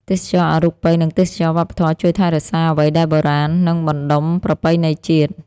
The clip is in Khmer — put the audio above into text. ទេសចរណ៍អរូបី និងទេសចរណ៍វប្បធម៌ជួយថែរក្សាអ្វីដែលបុរាណ និងបណ្ដុំប្រពៃណីជាតិ។